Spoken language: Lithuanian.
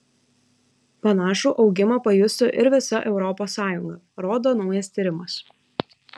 panašų augimą pajustų ir visa europos sąjunga rodo naujas tyrimas